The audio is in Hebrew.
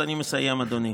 אני מסיים, אדוני.